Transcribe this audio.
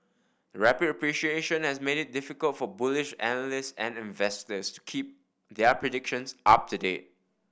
the rapid appreciation has made it difficult for bullish analysts and investors to keep their predictions up to date